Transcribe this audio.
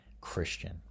Christian